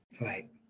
Right